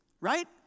right